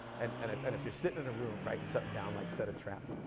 and and if and if you're sitting in a room writing something down like set a trap,